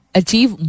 achieve